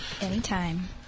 Anytime